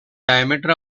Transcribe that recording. diameter